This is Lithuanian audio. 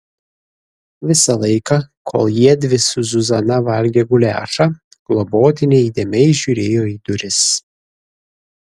visą laiką kol jiedvi su zuzana valgė guliašą globotinė įdėmiai žiūrėjo į duris